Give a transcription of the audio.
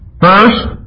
First